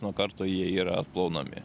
nuo karto jie yra plaunami